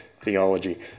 theology